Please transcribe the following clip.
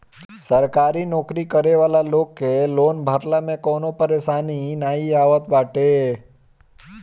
सरकारी नोकरी करे वाला लोग के लोन भरला में कवनो परेशानी नाइ आवत बाटे